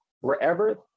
wherever